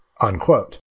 unquote